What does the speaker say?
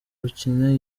gukina